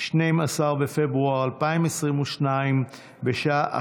2 בפברואר 2022, בשעה